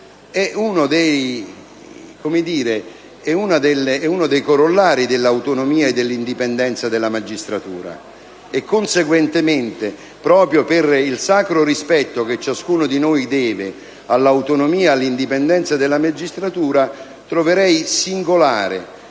è uno dei corollari dell'autonomia e dell'indipendenza della magistratura; conseguentemente, proprio per il sacro rispetto che ciascuno di noi deve all'autonomia e indipendenza della magistratura, troverei singolare